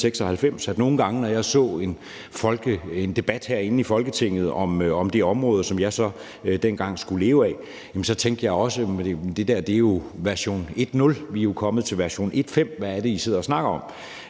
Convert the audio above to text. Nogle gange, når jeg så en debat herinde i Folketinget om det område, som jeg så dengang skulle leve af, tænkte jeg også: Det der er version 1.0, og vi er jo kommet til version 1.5, så hvad er det, I sidder og snakker om?